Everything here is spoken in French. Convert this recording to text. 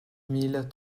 mille